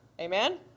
Amen